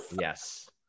Yes